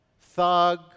thug